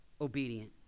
obedient